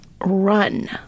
run